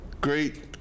great